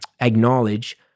acknowledge